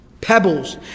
Pebbles